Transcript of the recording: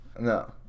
No